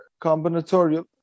combinatorial